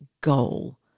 goal